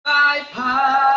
Bye-bye